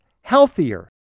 healthier